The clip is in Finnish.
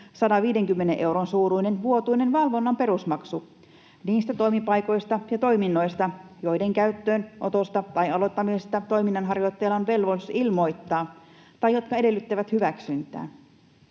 150 euron suuruinen vuotuinen valvonnan perusmaksu niistä toimipaikoista ja toiminnoista, joiden käyttöönotosta tai aloittamisesta toiminnanharjoittajalla on velvollisuus ilmoittaa tai jotka edellyttävät hyväksyntää.